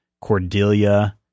Cordelia